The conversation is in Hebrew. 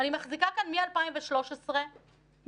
אני מחזיקה כאן מ-2013 מסמכים,